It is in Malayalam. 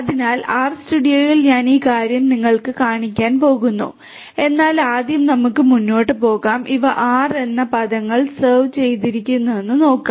അതിനാൽ ആർസ്റ്റുഡിയോയിൽ ഞാൻ ഈ കാര്യം നിങ്ങൾക്ക് കാണിക്കാൻ പോകുന്നു എന്നാൽ ആദ്യം നമുക്ക് മുന്നോട്ട് പോകാം ഇവ ആർ എന്ന പദങ്ങൾ റിസർവ് ചെയ്തിരിക്കുന്നുവെന്ന് നോക്കാം